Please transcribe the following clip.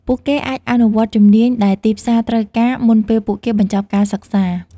ពួកគេអាចអនុវត្តជំនាញដែលទីផ្សារត្រូវការមុនពេលពួកគេបញ្ចប់ការសិក្សា។